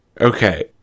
Okay